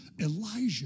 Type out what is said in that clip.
Elijah